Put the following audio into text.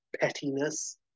pettiness